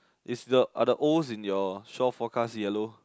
is the are the Os in your shore forecast yellow